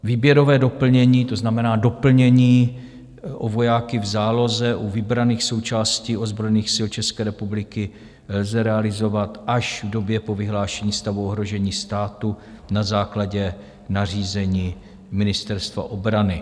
Výběrové doplnění, to znamená doplnění o vojáky v záloze u vybraných součástí ozbrojených sil České republiky, lze realizovat až v době po vyhlášení stavu ohrožení státu na základě nařízení Ministerstva obrany.